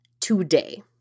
today